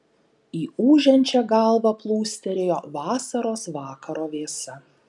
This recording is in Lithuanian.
į ūžiančią galvą plūstelėjo vasaros vakaro vėsa